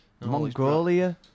Mongolia